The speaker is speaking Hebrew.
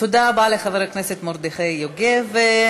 תודה רבה לחבר הכנסת מרדכי יוגב.